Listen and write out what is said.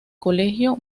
colegio